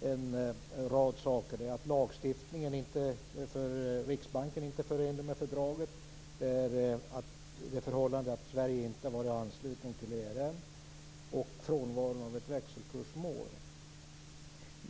en rad saker upp, att lagstiftningen för Riksbanken inte är förenlig med fördraget, att Sverige inte har varit anslutet till ERM och frånvaron av ett växelkursmål.